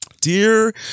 dear